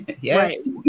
Yes